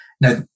Now